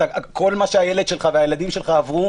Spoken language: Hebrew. כל מה שהילד שלך או הילדים שלך עברו,